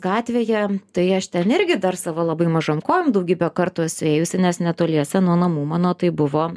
gatvėje tai aš ten irgi dar savo labai mažom kojom daugybę kartų esu ėjusi nes netoliese nuo namų mano tai buvo